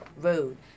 road